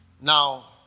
Now